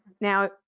Now